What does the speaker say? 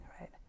right